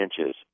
inches